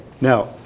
Now